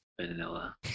Vanilla